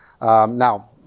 Now